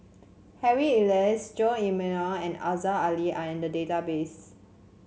Harry Elias Jose D'Almeida and Aziza Ali are in the database